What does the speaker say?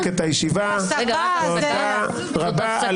תודה רבה.